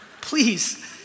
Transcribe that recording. Please